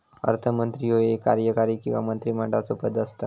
अर्थमंत्री ह्यो एक कार्यकारी किंवा मंत्रिमंडळाचो पद असता